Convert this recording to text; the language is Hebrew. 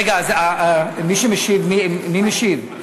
רגע, אז מי משיב?